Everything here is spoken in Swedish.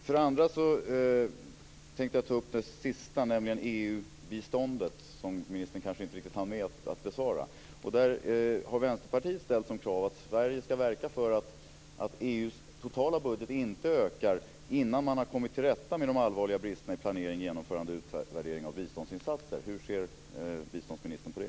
Jag tar också upp frågan om EU-biståndet, som ministern kanske inte riktigt hann med att besvara. Vänsterpartiet har ställt kravet att Sverige ska verka för att EU:s totala budget inte ökar innan man har kommit till rätta med de allvarliga bristerna i planering, genomförande och utvärdering av biståndsinsatser. Hur ser biståndsministern på det?